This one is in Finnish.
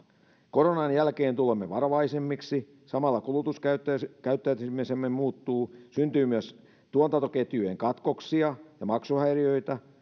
koronan jälkeen tulemme varovaisemmiksi samalla kulutuskäyttäytymisemme muuttuu syntyy myös tuotantoketjujen katkoksia ja maksuhäiriöitä